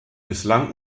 bislang